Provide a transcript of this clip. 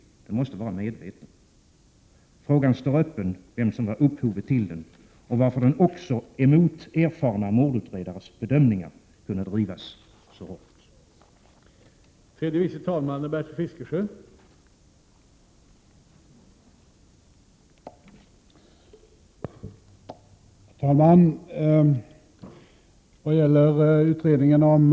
Den måste vara medveten. Frågan står öppen vem som var upphovet till den och varför den också emot erfarna mordutredares bedömningar kunde drivas så hårt.